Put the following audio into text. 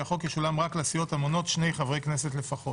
החוק ישולם רק לסיעות המונות שני חברי כנסת לפחות.